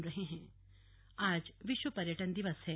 विश्व पर्यटन दिवस आज विश्व पर्यटन दिवस है